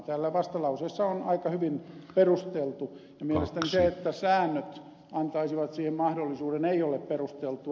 täällä vastalauseessa on aika hyvin perusteltu ja mielestäni se että säännöt antaisivat siihen mahdollisuuden ei ole perusteltua